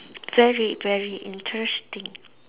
very very interesting